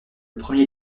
premier